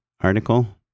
article